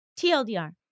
TLDR